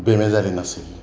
বেমেজালি নাছিল